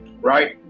Right